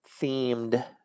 themed